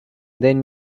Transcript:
then